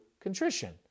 contrition